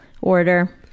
order